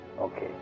Okay